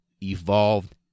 evolved